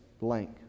blank